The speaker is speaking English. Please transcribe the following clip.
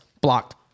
Blocked